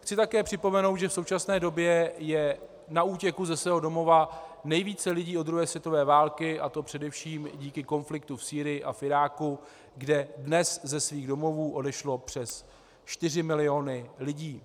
Chci také připomenout, že v současné době je na útěku ze svého domova nejvíce lidí od druhé světové války, a to především díky konfliktu v Sýrii a v Iráku, kde dnes ze svých domovů odešlo přes 4 miliony lidí.